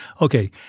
Okay